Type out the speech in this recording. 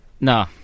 No